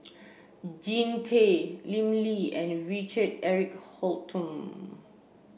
Jean Tay Lim Lee and Richard Eric Holttum